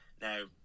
Now